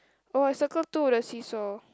oh I circle two the seasaw